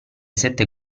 sette